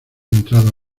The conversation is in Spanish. entrado